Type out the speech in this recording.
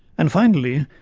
and finally,